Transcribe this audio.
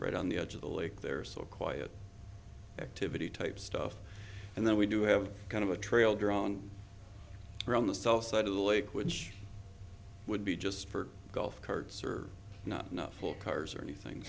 right on the edge of the lake there so quiet activity type stuff and then we do have kind of a trail draw on on the south side of the lake which would be just for golf carts or not enough for cars or anything